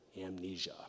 amnesia